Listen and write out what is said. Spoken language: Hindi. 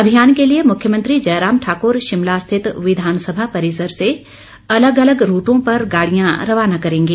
अभियान के लिए मुख्यमंत्री जयराम ठाकुर शिमला स्थित विधानसभा परिसर से अलग अलग रूटों पर गाड़ियां रवाना करेंगे